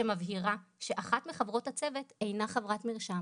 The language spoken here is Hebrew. שמבהירה שאחת מחברות הצוות אינה חברת מרשם.